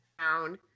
town